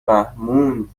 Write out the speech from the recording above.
فهموند